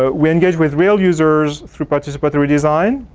ah we engage with real users through participatory design.